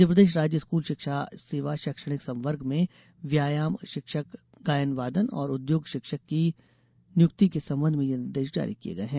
मध्यप्रदेश राज्य स्कूल शिक्षा सेवा शैक्षणिक संवर्ग में व्यायाम शिक्षक गायन वादन और उद्योग शिक्षक की नियुक्ति के संबंध में यह निर्देश जारी किये गए हैं